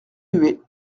huet